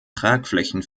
tragflächen